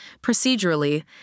Procedurally